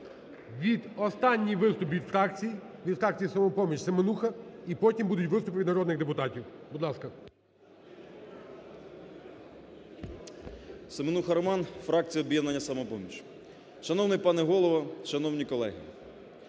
Останній виступ від фракцій, від фракції "Самопоміч", Семенуха. І потім будуть виступи від народних депутатів. Будь ласка. 16:41:59 СЕМЕНУХА Р.С. Семенуха Роман, фракція "Об'єднання "Самопоміч". Шановний пане Голово! Шановні колеги!